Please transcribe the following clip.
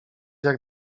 jak